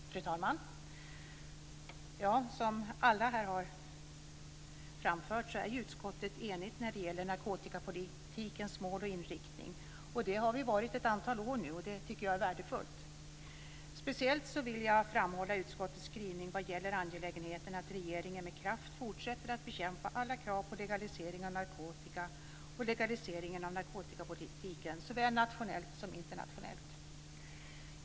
Fru talman! Som alla här har framhållit är utskottet enigt när det gäller narkotikapolitikens mål och inriktning. Det har vi nu varit ett antal år, och jag tycker att det är värdefullt. Speciellt vill jag framhålla utskottets skrivning vad gäller angelägenheten av att regeringen med kraft fortsätter att bekämpa alla krav på legalisering av narkotika, såväl nationellt som internationellt.